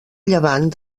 llevant